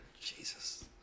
Jesus